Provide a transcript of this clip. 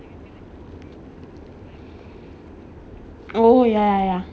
oh yeah yeah